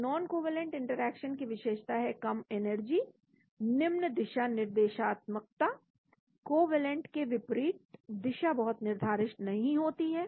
तो non covalent interaction की विशेषता है कम एनर्जी निम्न दिशानिर्देशनात्मकता कोवैलेंट के विपरीत दिशा बहुत निर्धारित नहीं होती है